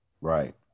Right